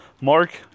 Mark